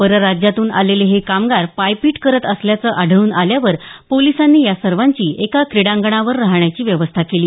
परराज्यातून आलेले हे कामगार पायपीट करत असल्याचं आढळून आल्यावर पोलिसांनी या सर्वांची एका क्रीडांगणावर राहण्याची व्यवस्था केली